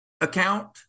account